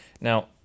Now